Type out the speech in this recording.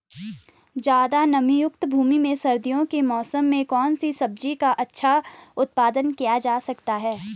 ज़्यादा नमीयुक्त भूमि में सर्दियों के मौसम में कौन सी सब्जी का अच्छा उत्पादन किया जा सकता है?